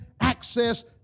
access